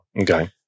Okay